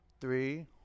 three